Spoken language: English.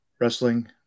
wrestling